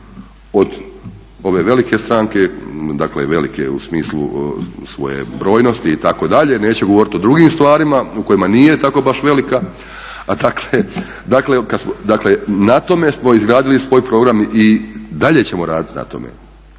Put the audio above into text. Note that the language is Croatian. od ove velike stranke, dakle velike u smislu svoje brojnosti itd., neću govoriti o drugim stvarima u kojima nije tako baš velika. A dakle, dakle na tome smo izgradili svoj program i dalje ćemo raditi na tome.